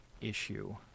issue